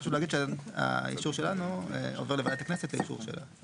חשוב להגיד שהאישור שלנו עובר לוועדת הכנסת לאישור שלהם.